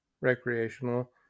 recreational